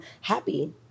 happy